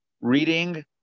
reading